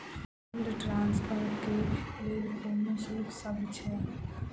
Fund transfer केँ लेल कोनो शुल्कसभ छै?